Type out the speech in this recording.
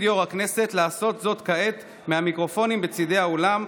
יו"ר הכנסת לעשות זאת כעת מהמיקרופונים בצידי האולם.